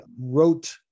wrote